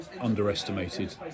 underestimated